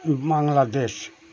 Bangladesh